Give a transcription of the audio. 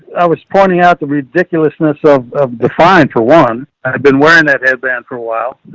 i was pointing out the ridiculousness of of the find for one, i'd been wearing a headband for a while.